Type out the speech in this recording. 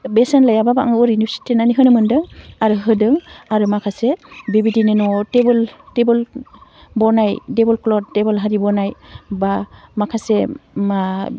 बेसेन लायाबाबो आं ओरैनो सुथेनानै होनो मोनदों आरो होदों आरो माखासे बिबादिनो न'वाव टेबोल बनाय टेबोल क्लट टेबोलआरि बनाय बा माखासे मा